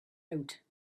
out